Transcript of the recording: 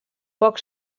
poc